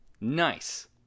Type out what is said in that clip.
Nice